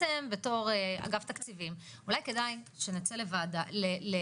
אתם בתור אגף תקציבים - אולי כדאי שנצא לבדיקה,